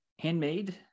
handmade